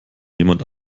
jemand